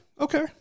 okay